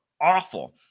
awful